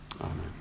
Amen